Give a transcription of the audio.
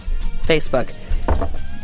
Facebook